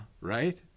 right